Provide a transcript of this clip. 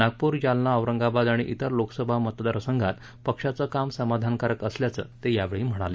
नागपूर जालना औरंगाबाद आणि इतर लोकसभा मतदारसंघात पक्षाचं काम समाधानकारक असल्याचं ते यावेळी म्हणाले